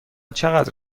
چقدر